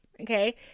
Okay